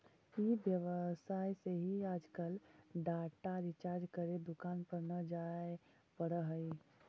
ई व्यवसाय से ही आजकल डाटा रिचार्ज करे दुकान पर न जाए पड़ऽ हई